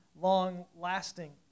long-lasting